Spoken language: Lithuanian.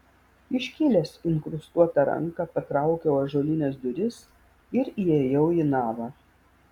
iškėlęs inkrustuotą ranką patraukiau ąžuolines duris ir įėjau į navą